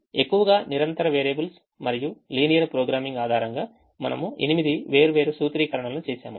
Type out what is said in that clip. ఎక్కువగా నిరంతర వేరియబుల్స్ మరియు లీనియర్ ప్రోగ్రామింగ్ ఆధారంగా మనము 8 వేర్వేరు సూత్రీకరణలను చేసాము